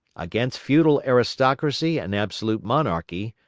against feudal aristocracy and absolute monarchy,